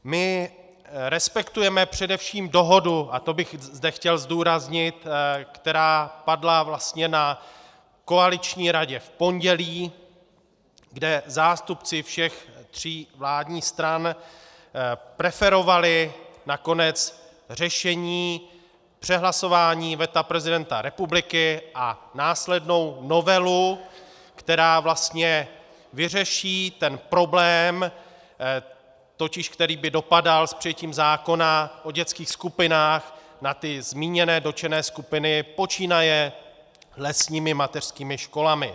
My respektujeme především dohodu, a to bych zde chtěl zdůraznit, která padla vlastně na koaliční radě v pondělí, kde zástupci všech tří vládních stran preferovali nakonec řešení přehlasování veta prezidenta republiky a následnou novelu, která vlastně vyřeší ten problém, totiž který by dopadal s přijetím zákona o dětských skupinách na ty zmíněné dotčené skupiny počínaje lesními mateřskými školami.